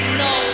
no